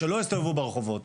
שלא יסתובבו ברחובות.